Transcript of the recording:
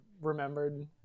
remembered